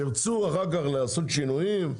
ירצו אחר כך לעשות שינויים,